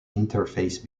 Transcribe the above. interface